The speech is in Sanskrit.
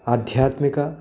आध्यात्मिकी